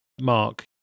Mark